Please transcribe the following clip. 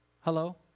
Hello